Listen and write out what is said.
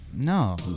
No